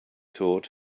taught